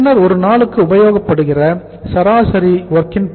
பின்னர் ஒரு நாளுக்கு உபயோகப்படுகிற சராசரி WIP